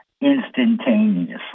instantaneously